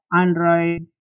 Android